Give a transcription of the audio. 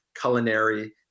culinary